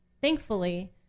thankfully